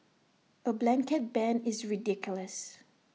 A blanket ban is ridiculous